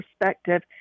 perspective